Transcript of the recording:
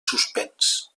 suspens